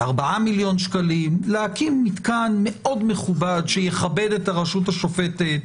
ב-4 מיליון שקלים להקים מתקן מכובד שיכבד את הרשות השופטת,